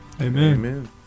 Amen